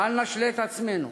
בל נשלה את עצמנו: